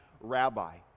rabbi